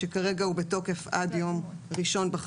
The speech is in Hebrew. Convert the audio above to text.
שכרגע הוא בתוקף עד יותר ראשון הקרוב